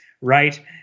right